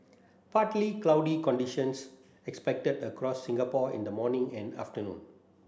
partly cloudy conditions expected across Singapore in the morning and afternoon